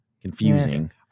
confusing